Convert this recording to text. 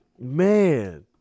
Man